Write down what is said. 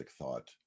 thought